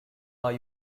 are